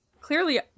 clearly